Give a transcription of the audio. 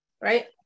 right